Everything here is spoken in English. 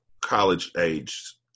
college-age